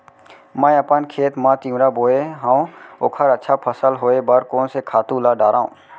मैं अपन खेत मा तिंवरा बोये हव ओखर अच्छा फसल होये बर कोन से खातू ला डारव?